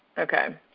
okay.